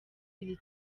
iri